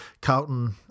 Carlton